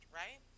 right